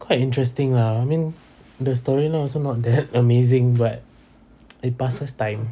it's quite interesting lah I mean the storyline also not that amazing but it passes time